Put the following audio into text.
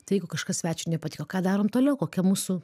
tai jeigu kažkas svečiui nepatiko ką darom toliau kokia mūsų